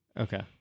Okay